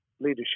leadership